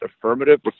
affirmative